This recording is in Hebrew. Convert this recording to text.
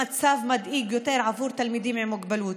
המצב מדאיג יותר עבור תלמידים עם מוגבלות.